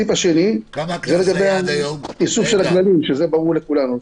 הסעיף השני זה איסוף של הגללים, שזה ברור לכולם.